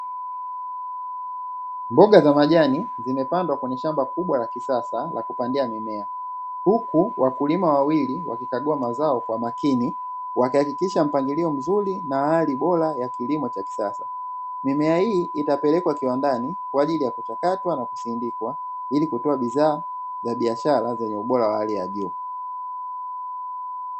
Mboga za majani zimepandwa kwenye shamba kubwa la kisasa la kupandia mimea, huku wakulima wawili wakikagua mazao kwa makini, wakihakikisha mpangilio mzuri na hali bora ya kilimo cha kisasa, mimea hii itapelekwa kiwandani kwa ajili ya kuchakatwa na kusindikwa ili kutoa bidhaa ya biashara zenye ubora wa hali ya juu.